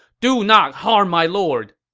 do not harm my lord!